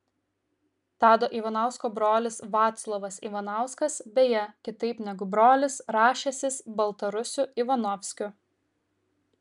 tado ivanausko brolis vaclovas ivanauskas beje kitaip negu brolis rašęsis baltarusiu ivanovskiu